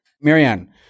Marianne